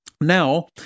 now